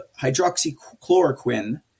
hydroxychloroquine